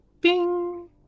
bing